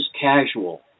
casual